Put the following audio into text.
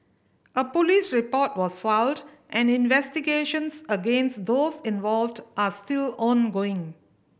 a police report was filed and investigations against those involved are still ongoing